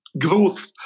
growth